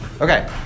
Okay